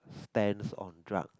stands on truck